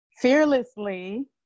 fearlessly